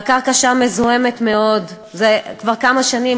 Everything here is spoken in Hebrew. והקרקע שם מזוהמת מאוד זה כבר כמה שנים,